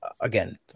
again